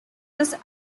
this